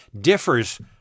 differs